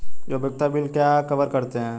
उपयोगिता बिल क्या कवर करते हैं?